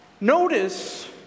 Notice